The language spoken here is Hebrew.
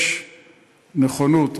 יש נכונות,